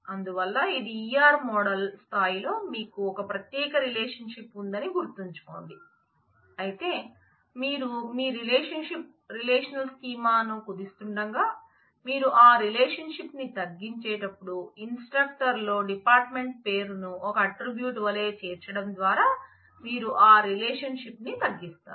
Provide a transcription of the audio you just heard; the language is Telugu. అందువల్ల ఇది E R మోడల్ స్థాయిలో మీకు ఒక ప్రత్యేక రిలేషన్షిప్ ఉందని గుర్తుంచుకోండి అయితే మీరు మీ రిలేషన్షిప్ రిలేషనల్ స్కీమాను కుదిస్తుండగా మీరు ఆ రిలేషన్షిప్ న్ని తగ్గించేటప్పుడు ఇన్స్ట్రక్టర్ లో dept పేరును ఒక ఆట్రిబ్యూట్ వలే చేర్చడం ద్వారా మీరు ఆ రిలేషన్షిప్ న్ని తగ్గిస్తారు